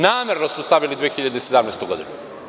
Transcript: Namerno smo stavili 2017. godinu.